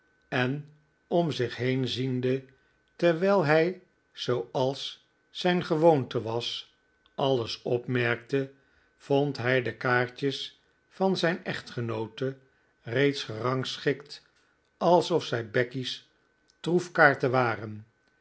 en om zich heen ziende terwijl hij zooals zijn gewoonte was alles opmerkte vond hij de kaartjes van zijn echtgenoote reeds gerangschikt alsof zij becky's troefkaarten waren